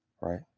right